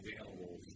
available